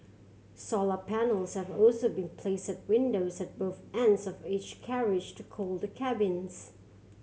solar panels have also been placed at windows at both ends of each carriage to cool the cabins